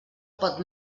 pot